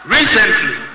Recently